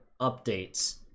updates